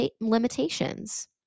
limitations